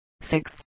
six